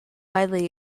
widely